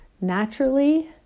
naturally